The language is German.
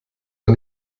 war